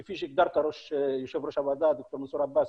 כפי שהגדרת, יושב ראש הוועדה, ד"ר מנסור עבאס,